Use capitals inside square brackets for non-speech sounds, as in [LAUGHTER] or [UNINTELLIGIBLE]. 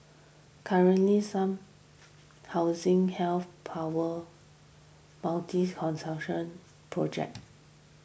currently some housing health power [UNINTELLIGIBLE] project